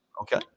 Okay